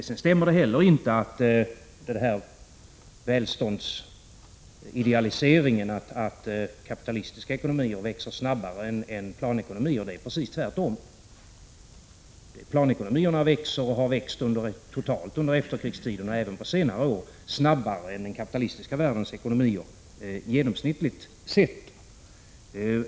Sedan stämmer inte heller välståndsidealiseringen: att kapitalistiska ideologier växer snabbare än planekonomier. Det är precis tvärtom. Planekonomierna har genomsnittligt växt totalt under efterkrigstiden, och även under senare år, snabbare än den kapitalistiska världens ekonomier.